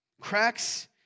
Cracks